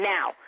Now